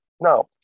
now